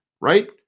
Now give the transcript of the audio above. right